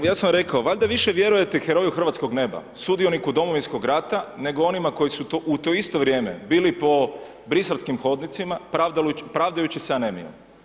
Pa ja sam rekao, valjda više vjerujete heroju hrvatskog neba, sudioniku Domovinskog rata nego onima koji su tu u to isto vrijeme bili po briselskim hodnicima pravdajući se anemijom.